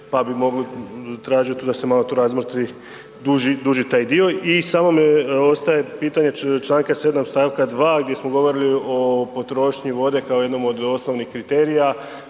pa bi tražio tu da se malo to razmotri duži taj dio. I samo mi ostaje pitanje Članka 7. stavka 2. gdje smo govorili o potrošnji vode kao jednom od osnovnih kriterija,